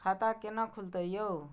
खाता केना खुलतै यो